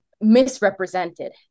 misrepresented